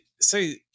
say